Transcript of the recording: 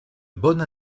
bonne